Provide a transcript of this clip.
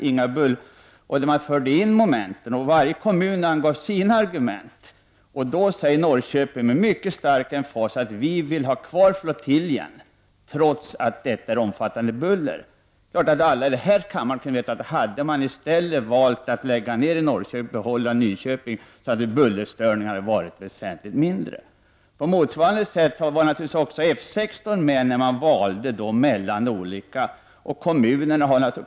Varje kommun angav sina argument, och då sade Norrköpings kommun med mycket stor emfas: ”Vi vill ha kvar flottiljen trots att det är omfattande buller.” Alla i den här kammaren vet att hade man i stället valt att lägga ner flottiljen i Norrköping och behålla flottiljen i Nyköping, så hade bullerstörningarna varit väsentligt mindre. På motsvarande sätt var det med F 16 när man valde mellan olika lokaliseringar.